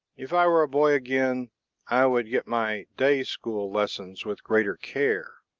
if i were a boy again i would get my day school lessons with greater care.